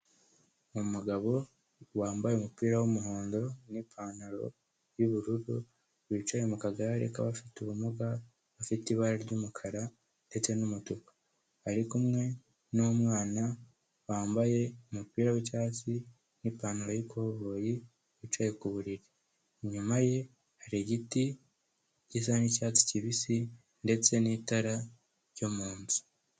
Umugabo wambaye umupira w'umuhondo n'ipantaro y'ubururu, wicaye mu kagare k'abafite ubumuga, gafite ibara ry'umukara ndetse n'umutuku, ari kumwe n'umwana wambaye umupira w'icyatsi n'ipantaro yikoboyi wicaye ku buriri, inyuma ye hari igiti gisa n'icyatsi kibisi ndetse n'itara ryo mu nzu.